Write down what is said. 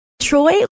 Troy